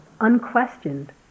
unquestioned